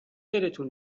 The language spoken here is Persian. دلتون